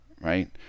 right